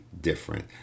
different